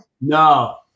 No